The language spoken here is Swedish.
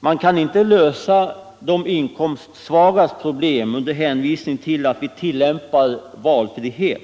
man kan inte lösa de inkomstsvagas problem med hänvisning till att vi tillämpar valfrihet.